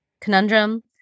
conundrum